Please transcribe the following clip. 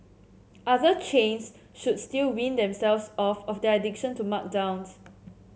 other chains should still wean themselves off of their addiction to markdowns